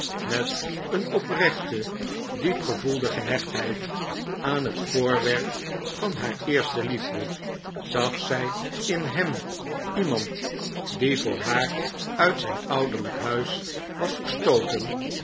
met een oprechte diep gevoelde gehechtheid aan het voorwerp van haar eerste liefde zag zij in hem iemand die voor haar uit zijn ouderlijk huis was verstooten